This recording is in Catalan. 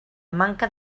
manca